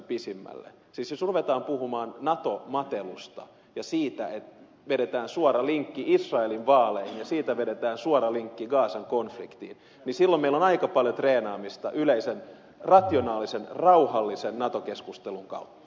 siis jos ruvetaan puhumaan nato matelusta ja siitä vedetään suora linkki israelin vaaleihin ja siitä vedetään suora linkki gazan konfliktiin niin silloin meillä on aika paljon treenaamista yleisen rationaalisen rauhallisen nato keskustelun suhteen